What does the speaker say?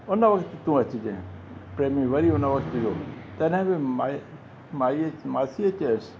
उन वक़्तु तूं अचिजांइ प्रेमी प्रेमी वरी हुन वक़्तु वियो तॾहिं बि माए माईअ मासी चयोसि